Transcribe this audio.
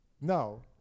no